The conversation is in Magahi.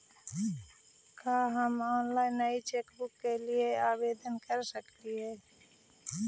का हम ऑनलाइन नई चेकबुक के लिए आवेदन कर सकली हे